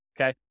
okay